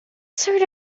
sort